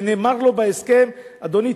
ונאמר לו בהסכם: אדוני,